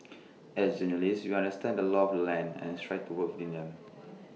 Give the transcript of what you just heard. as journalists we understand the laws of the land and strive to work within them